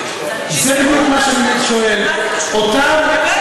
זה בדיוק מה שאני שואל, מה זה קשור?